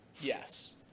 Yes